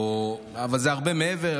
אבל זה הרבה מעבר.